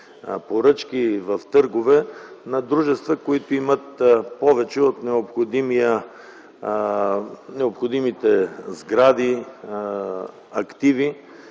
поръчки и в търгове на дружества, които имат повече от необходимите сгради, активи.